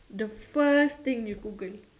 the first thing you Google